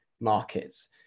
markets